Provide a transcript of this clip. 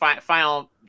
final